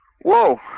Whoa